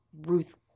Ruth